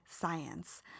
science